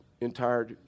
entire